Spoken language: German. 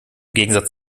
gegensatz